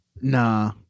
nah